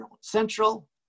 central